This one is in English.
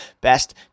best